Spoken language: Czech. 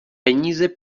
peníze